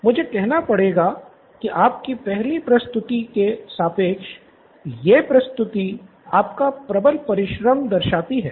मुझे कहना पड़ेगा कि आपकी पहली प्रस्तुति के सापेक्ष ये प्रस्तुति आपका प्रबल परिश्रम दर्शाती है